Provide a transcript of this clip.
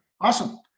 Awesome